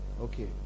Okay